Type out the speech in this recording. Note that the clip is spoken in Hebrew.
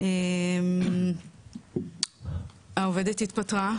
העובדת התפטרה,